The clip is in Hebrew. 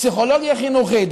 פסיכולוגיה חינוכית,